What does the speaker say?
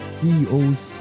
CEOs